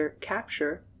capture